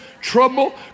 trouble